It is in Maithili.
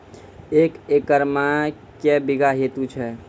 एक एकरऽ मे के बीघा हेतु छै?